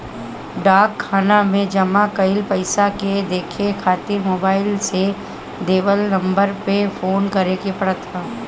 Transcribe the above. डाक खाना में जमा कईल पईसा के देखे खातिर मोबाईल से देवल नंबर पे फोन करे के पड़त ह